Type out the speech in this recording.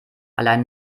allein